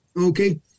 okay